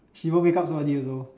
she won't wake up so early also